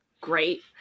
great